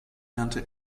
lernte